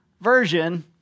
version